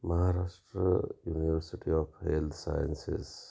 Maharashtra university of health sciences